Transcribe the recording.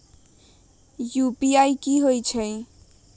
UPI की होई?